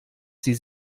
sie